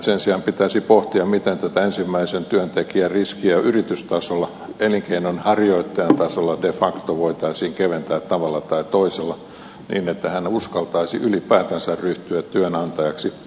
sen sijaan pitäisi pohtia miten tätä ensimmäisen työntekijän riskiä yritystasolla elinkeinonharjoittajan tasolla de facto voitaisiin keventää tavalla tai toisella niin että hän uskaltaisi ylipäätänsä ryhtyä työnantajaksi